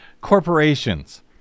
corporations